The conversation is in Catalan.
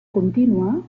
contínua